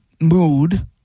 mood